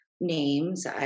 names